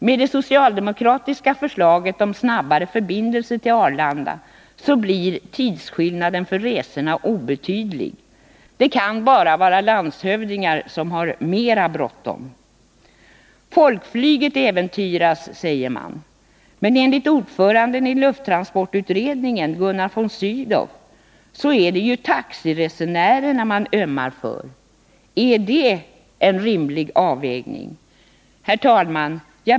Med det socialdemokratiska förslaget om snabbare förbindelser till Arlanda blir tidsskillnaden i restid obetydlig. Det kan bara vara landshövdingar som har mera bråttom. ”Folkflyget äventyras”, säger man. Men enligt ordföranden i lufttransportutredningen, Gunnar von Sydow, är det ju taxiresenärerna man ömmar för. Är det en rimlig avvägning? Herr talman!